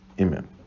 Amen